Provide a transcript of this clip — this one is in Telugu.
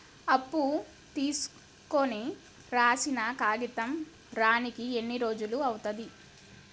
అప్పు తీసుకోనికి రాసిన కాగితం రానీకి ఎన్ని రోజులు అవుతది?